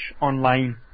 online